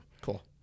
Cool